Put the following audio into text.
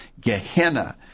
Gehenna